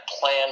plan